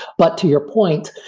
but to your point,